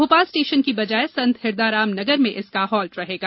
Bhopal station के बजाय संत हिरदाराम नगर में इसका हाल्ट रहेगा